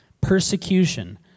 persecution